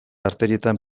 arterietan